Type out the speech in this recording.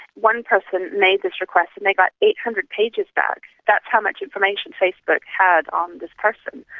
one person made this request and they got eight hundred pages back, that's how much information facebook had on this person.